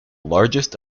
largest